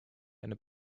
eine